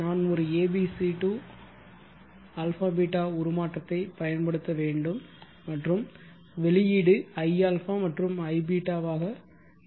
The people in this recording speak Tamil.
நான் ஒரு abc to ∝ β உருமாற்றத்தைப் பயன்படுத்த வேண்டும் மற்றும் வெளியீடு i∝ மற்றும் iβ ஆக இருக்கும்